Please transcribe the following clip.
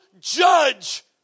judge